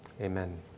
Amen